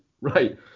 right